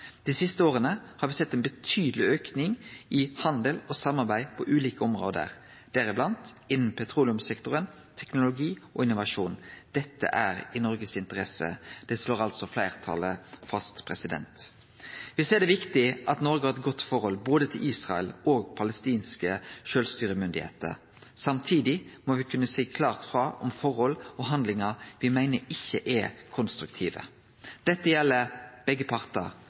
Dei siste åra har me sett ein betydeleg auke i handel og samarbeid på ulike område, bl.a. innan petroleumssektoren, teknologi og innovasjon. Dette er i Noregs interesse. Det slår altså fleirtalet fast. Me meiner det er viktig at Noreg har eit godt forhold både til Israel og til palestinske sjølvstyremyndigheiter. Samtidig må me kunne seie klart frå om forhold og handlingar me meiner ikkje er konstruktive. Dette gjeld begge partar,